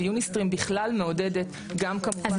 ויוניסטרים בכלל מעודדת גם כמובן.